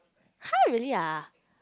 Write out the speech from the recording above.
!huh! really ah